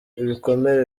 ibikomere